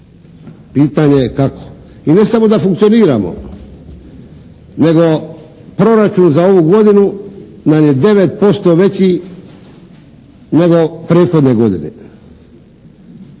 Pitanje je kako? I ne samo da funkcioniramo nego Proračun za ovu godinu nam je 9% veći nego prethodne godine.